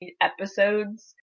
episodes